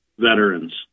veterans